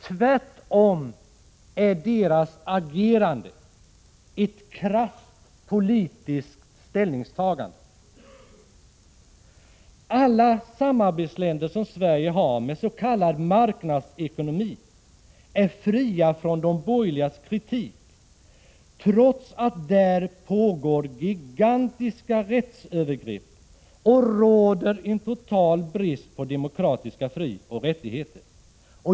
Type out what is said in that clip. Tvärtom är deras agerande ett krasst politiskt ställningstagande. Alla Sveriges samarbetsländer med s.k. marknadsekonomi är fria från de borgerligas kritik, trots att det i dessa länder sker gigantiska rättsövergrepp och råder en total brist på demokratiska frioch rättigheter.